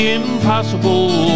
impossible